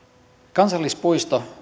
kansallispuistot